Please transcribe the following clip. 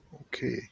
Okay